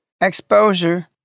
exposure